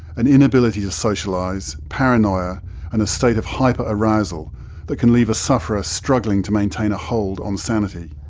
an inability to socialise, paranoia and a state of hyper-arousal that can leave a sufferer struggling to maintain a hold on sanity.